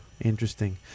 interesting